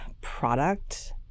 product